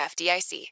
FDIC